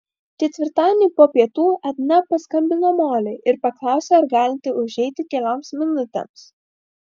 ketvirtadienį po pietų edna paskambino molei ir paklausė ar galinti užeiti kelioms minutėms